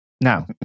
Now